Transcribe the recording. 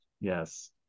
yes